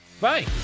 bye